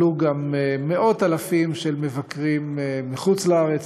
עלו גם מאות אלפים של מבקרים מחוץ-לארץ,